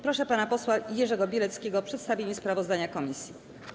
Proszę pana posła Jerzego Bieleckiego o przedstawienie sprawozdania komisji.